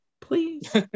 please